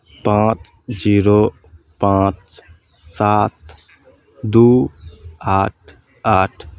पाँच जीरो पाँच सात दू आठ आठ